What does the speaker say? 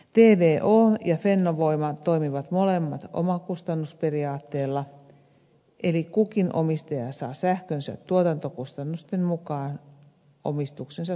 tvo ja fennovoima toimivat molemmat omakustannusperiaatteella eli kukin omistaja saa sähkönsä tuotantokustannusten mukaan omistuksensa suhteessa